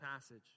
passage